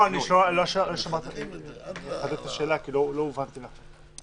לא שמעת את השאלה כי לא הובנתי נכון.